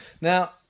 now